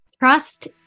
Trust